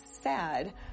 sad